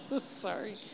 Sorry